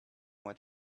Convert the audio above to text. what